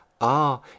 Ah